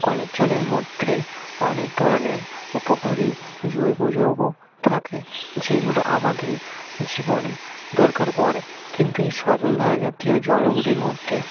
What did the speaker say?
কলের জলের মধ্যে অনেক ধরনের উপকারি জৈব যৌগ থাকে যেগুলো আমাদের জীবনে দরকার পড়ে কিন্তু এই সজল ধারা জাতীয় জলগুলির মধ্যে